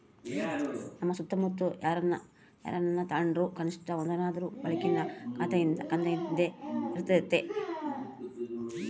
ನಮ್ಮ ಸುತ್ತಮುತ್ತ ಯಾರನನ ತಾಂಡ್ರು ಕನಿಷ್ಟ ಒಂದನಾದ್ರು ಬ್ಯಾಂಕಿನ ಖಾತೆಯಿದ್ದೇ ಇರರ್ತತೆ